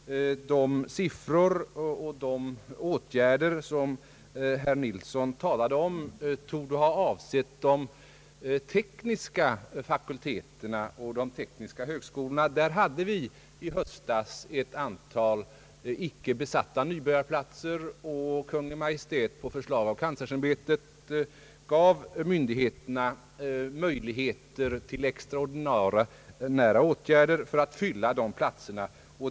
De siffror och de åtgärder som herr Ferdinand Nilsson talade om torde ha avsett de tekniska fakulteterna och de tekniska högskolorna. Där hade vi i höstas ett antal icke besatta nybörjarplatser, och Kungl. Maj:t gav på förslag av kanslersämbetet myndigheterna möjligheter till extraordinära åtgärder för att fylla dessa platser.